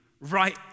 right